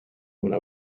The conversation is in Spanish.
una